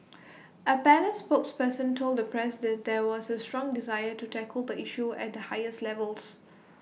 A palace spokesperson told the press that there was A strong desire to tackle the issue at the highest levels